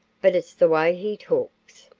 but it's the way he talks.